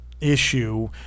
issue